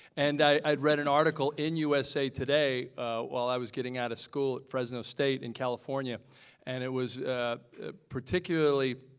and i'd read an article in usa today while i was getting out of school at fresno state in california and it was a particularly